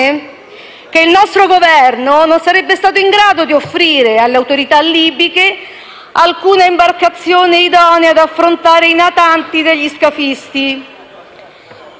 che il nostro Governo non sarebbe stato in grado di offrire alle autorità libiche alcuna imbarcazione idonea ad affrontare i natanti degli scafisti.